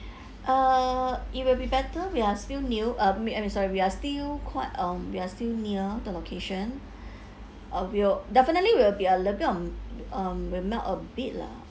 uh it will be better we are still new uh I mean I'm sorry we are still quite um we are still near the location uh will definitely will be a little bit um um will melt a bit lah